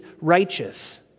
righteous